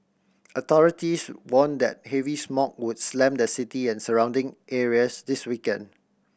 authorities warned that heavy smog would slam the city and surrounding areas this weekend